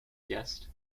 guest